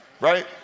Right